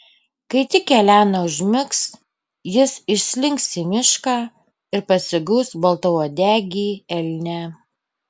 kai tik elena užmigs jis išslinks į mišką ir pasigaus baltauodegį elnią